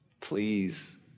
Please